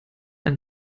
ein